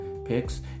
picks